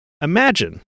imagine